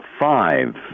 five